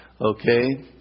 Okay